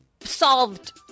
solved